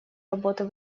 работу